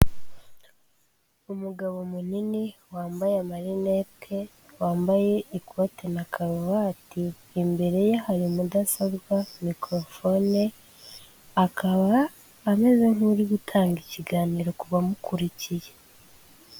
Umugabo munini, wambaye amarinete, wambaye ikote na karuvati, imbere ye hari mudasobwa, mikoro fone, akaba ameze nk'uri gutanga ikiganiro kubamukurikiye.